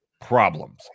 problems